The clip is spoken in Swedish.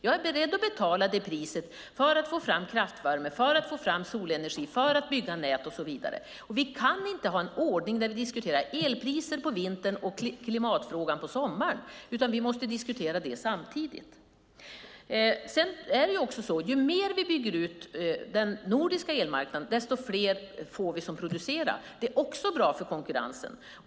Jag är beredd att betala det priset för att få fram kraftvärme och solenergi och för att bygga nät och så vidare. Vi kan inte ha en ordning där vi diskuterar elpriser på vintern och klimatfrågan på sommaren, utan vi måste diskutera detta samtidigt. Sedan är det så att ju mer vi bygger ut den nordiska elmarknaden, desto fler får vi som producerar. Det är också bra för konkurrensen.